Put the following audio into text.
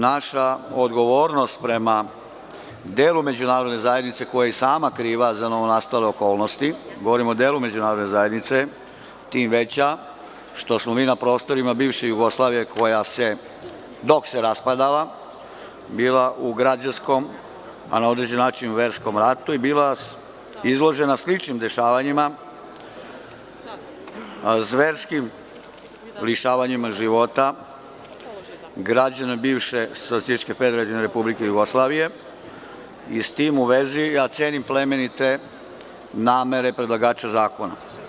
Naša odgovornost prema delu međunarodne zajednice, koja je i sama kriva za novonastale okolnosti, govorim o delu međunarodne zajednice, tim veća što smo mi na prostorima bivše Jugoslavije, koja je dok se raspadala bila u građanskom, a na određeni način u verskom ratu i bila izložena sličnim dešavanjima, zverskim rešavanjima života građana bivše SFRJ i, s tim u vezi, ja cenim plemenite namere predlagača zakona.